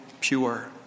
pure